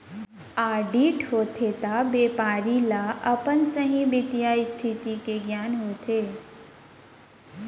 audit होथे त बेपारी ल अपन सहीं बित्तीय इस्थिति के गियान होथे